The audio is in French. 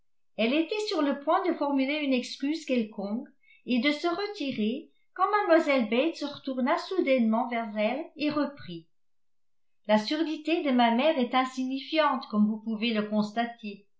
elle était sur le point de formuler une excuse quelconque et de se retirer quand mlle bates se retourna soudainement vers elle et reprit la surdité de ma mère est insignifiante comme vous pouvez le constater